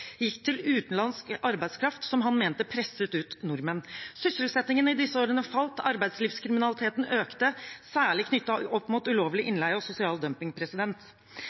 gikk til utenlandsk arbeidskraft, som han mente presset ut nordmenn. Sysselsettingen i disse årene falt, og arbeidslivskriminaliteten økte, særlig knyttet opp mot ulovlig innleie og sosial dumping.